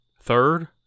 third